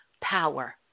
power